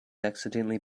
accidentally